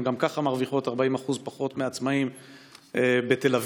גם ככה הן מרוויחות 40% פחות מהעצמאים בתל אביב.